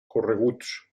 correguts